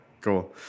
Cool